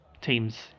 teams